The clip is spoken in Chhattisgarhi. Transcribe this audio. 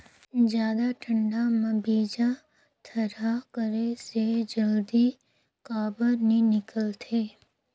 जादा ठंडा म बीजा थरहा करे से जल्दी काबर नी निकलथे?